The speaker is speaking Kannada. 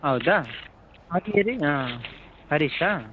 ಹೌದಾ ಹಾಂ ಹರೀಶಾ